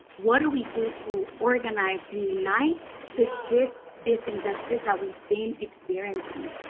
what do we do to organize and unite to shift this injustice that we've been experiencing?